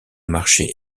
marché